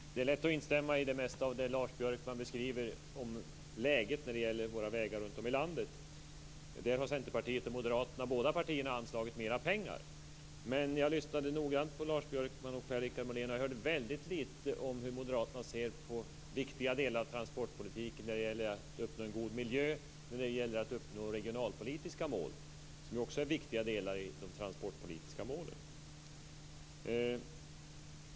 Fru talman! Det är lätt att instämma i det mesta av vad Lars Björkman beskriver om läget på våra vägar runtom i landet. Där har både Centerpartiet och Moderaterna anslagit mer pengar. Jag lyssnade noga på Lars Björkman och Per-Richard Molén, och jag hörde väldigt lite om hur moderaterna ser på viktiga delar av transportpolitiken när det gäller att uppnå en god miljö och när det gäller att uppnå regionalpolitiska mål, som också är viktiga delar i de transportpolitiska målen.